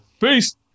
Peace